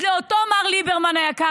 אז אותו מר ליברמן היקר,